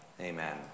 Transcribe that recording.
Amen